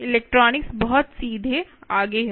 electronics बहुत सीधे आगे है